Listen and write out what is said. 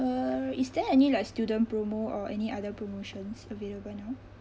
uh is there any like student promo or any other promotions available now